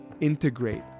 integrate